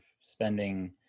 spending